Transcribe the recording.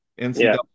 NCAA